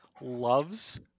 loves